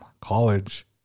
college